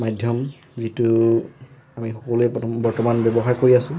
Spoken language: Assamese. মাধ্যম যিটো আমি সকলোৱে বৰ্তমান ব্যৱহাৰ কৰি আছোঁ